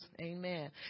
amen